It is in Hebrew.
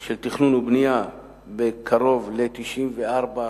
של תכנון ובנייה בקרוב ל-94%